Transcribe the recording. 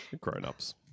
Grown-ups